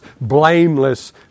blameless